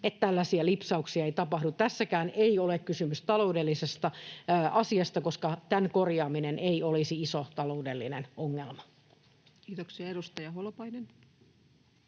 että tällaisia lipsauksia ei tapahdu. Tässäkään ei ole kysymys taloudellisesta asiasta, koska tämän korjaaminen ei olisi iso taloudellinen ongelma. [Speech 217] Speaker: